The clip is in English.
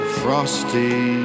frosty